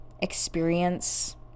experience